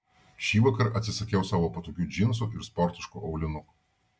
šįvakar atsisakiau savo patogių džinsų ir sportiškų aulinukų